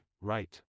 right